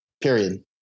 period